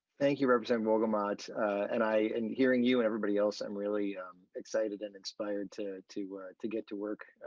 thank you representative wolgamott and i and hearing you and everybody else and really excited and inspired to to where to get to work.